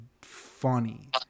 funny